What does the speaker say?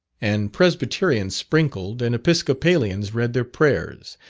and presbyterians sprinkled, and episcopalians read their prayers,